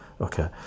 okay